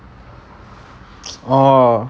orh